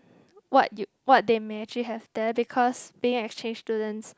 what you what they may actually have there because being exchange students